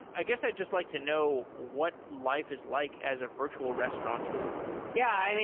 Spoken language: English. i guess i just like to know what life is like as a virtual restaurateur. yeah.